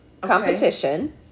competition